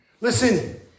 Listen